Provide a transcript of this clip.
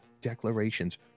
declarations